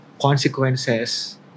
Consequences